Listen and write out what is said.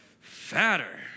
fatter